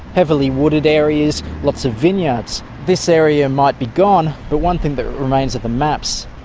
heavily wooded areas, lots of vineyards. this area might be gone, but one thing that remains are the maps.